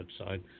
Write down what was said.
outside